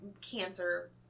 cancer